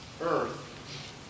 earth